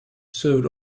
served